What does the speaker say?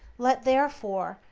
let, therefore,